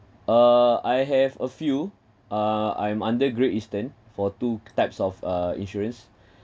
uh I have a few uh I'm under Great Eastern for two types of uh insurance